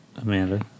Amanda